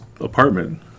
apartment